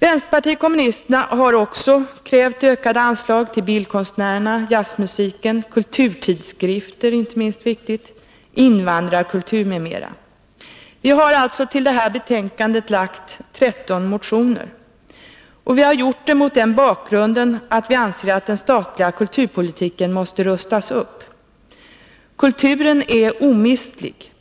Vänsterpartiet kommunisterna har också krävt ökade anslag till bildkonstnärerna, jazzmusiken, kulturtidskrifter — inte minst viktigt — invandrarkultur m.m. I detta betänkande behandlas 13 motioner som vpk har väckt. Vi har gjort det mot den bakgrunden att vi anser att den statliga kulturpolitiken måste rustas upp. Kulturen är omistlig.